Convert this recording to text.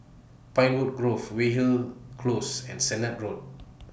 Pinewood Grove Weyhill Close and Sennett Road